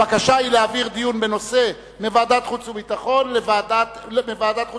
הבקשה היא להעביר את הדיון בנושא מוועדת החוץ והביטחון לוועדת החוקה.